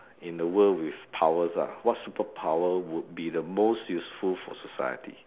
in a world with powers ah what superpower would be the most useful for society